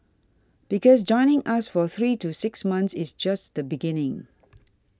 because joining us for three to six months is just the beginning